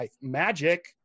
magic